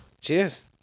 Cheers